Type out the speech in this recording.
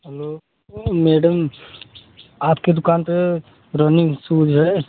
hello madam आपकी दुकान पर रनिंग सूज है